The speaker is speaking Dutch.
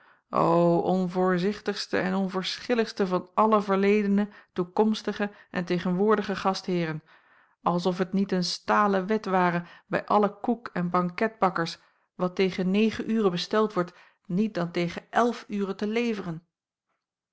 o onvoorzichtigste en onverschilligste van alle verledene toekomstige en tegenwoordige gastheeren als of het niet een stalen wet ware bij alle koek en banketbakkers wat tegen negen uren besteld wordt niet dan tegen elf uren te leveren